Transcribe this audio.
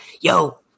yo